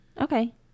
Okay